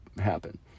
happen